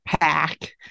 pack